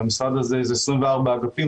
במשרד הזה יש 24 אגפים,